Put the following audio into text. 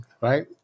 right